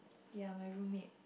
ya my room mate